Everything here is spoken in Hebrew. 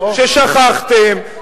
ששכחתם,